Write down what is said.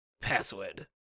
Password